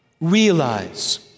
realize